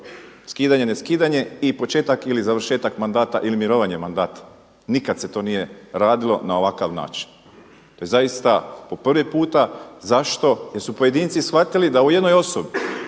skidanje neskidanje i početak ili završetak mandata ili mirovanje mandata, nikad se to nije radilo na ovakav način. To je zaista po prvi puta. Zašto? Jer su pojedinci shvatili da u jednoj osobi